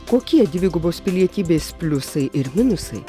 kokie dvigubos pilietybės pliusai ir minusai